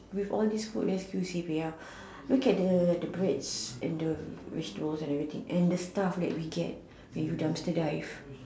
with all this food rescue C_P_R look at the the breads and the vegetables and everything and the stuff that we get when you dumpster dive